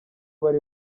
bari